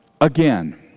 again